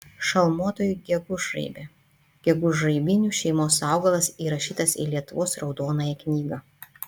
šalmuotoji gegužraibė gegužraibinių šeimos augalas įrašytas į lietuvos raudonąją knygą